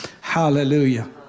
Hallelujah